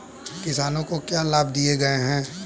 किसानों को क्या लाभ दिए गए हैं?